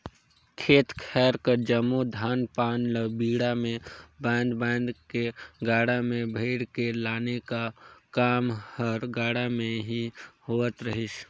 खेत खाएर कर जम्मो धान पान ल बीड़ा मे बाएध बाएध के गाड़ा मे भइर के लाने का काम हर गाड़ा मे ही होवत रहिस